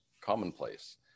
commonplace